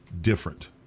different